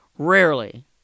Rarely